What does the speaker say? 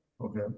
okay